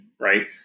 right